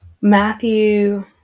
Matthew